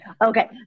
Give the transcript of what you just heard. Okay